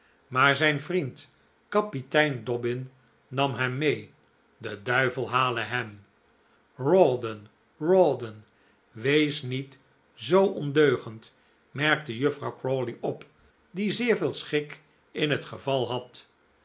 maar zijn vriend kapitein dobbin nam hem mee de duivel hale hem rawdon rawdon wees niet zoo ondeugend merkte juffrouw crawley op die zeer veel schik in het geval had